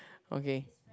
okay